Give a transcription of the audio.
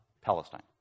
Palestine